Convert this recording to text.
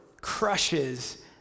crushes